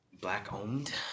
Black-owned